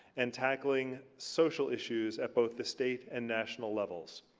and tackling social issues at both the state and national levels.